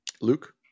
Luke